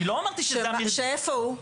שאיפה הוא?